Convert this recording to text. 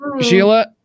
Sheila